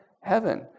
heaven